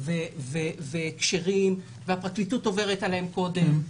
והקשרים והפרקליטות עוברת עליהם קודם.